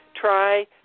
try